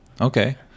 Okay